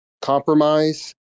compromise